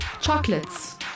chocolates